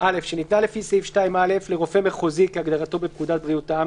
(א( שניתנה לפי סעיף 2(א) לרופא מחוזי כהגדרתו בפקודת בריאות העם,